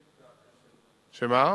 שמה?